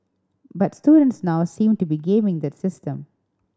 but students now seem to be gaming the system